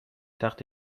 تخت